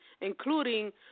including